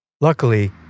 Luckily